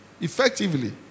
effectively